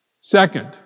Second